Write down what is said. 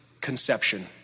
conception